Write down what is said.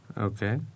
Okay